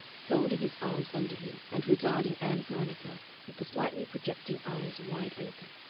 folding his arms under him and regarding ann veronica with the slightly projecting eyes wide open.